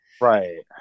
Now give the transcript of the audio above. right